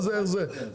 מה זה איך זה משפיע?